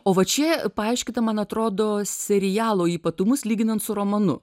o va čia paaiškinta man atrodo serialo ypatumus lyginant su romanu